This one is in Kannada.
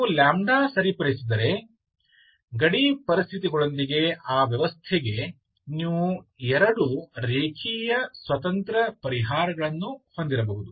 ನೀವು ಸರಿಪಡಿಸಿದರೆ ಗಡಿ ಪರಿಸ್ಥಿತಿಗಳೊಂದಿಗೆ ಆ ವ್ಯವಸ್ಥೆಗೆ ನೀವು ಎರಡು ರೇಖೀಯ ಸ್ವತಂತ್ರ ಪರಿಹಾರಗಳನ್ನು ಹೊಂದಿರಬಹುದು